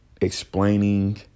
explaining